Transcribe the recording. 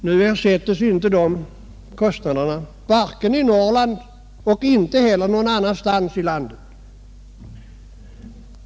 Nu ersätts inte dessa kostnader vare sig i Norrland eller någon annanstans i landet.